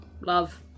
love